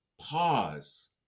pause